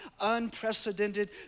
unprecedented